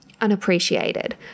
unappreciated